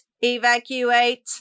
evacuate